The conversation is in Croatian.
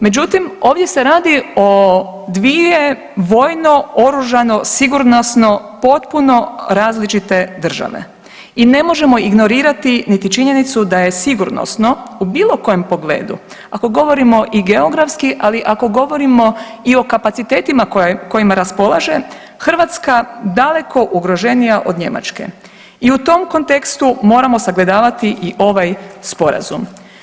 Međutim, ovdje se radi o dvije vojno, oružano, sigurnosno potpunu različite države i ne možemo ignorirati niti činjenicu da je sigurnosno u bilo kojem pogledu, ako govorimo i geografski ali ako govorimo i o kapacitetima kojima raspolaže, Hrvatska daleko ugroženija od Njemačke i u tom kontekstu moramo sagledavati i ovaj Sporazum.